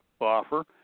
offer